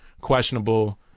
questionable